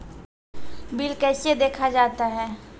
Bill कैसे देखा जाता हैं?